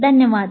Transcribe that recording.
धन्यवाद